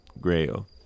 Grail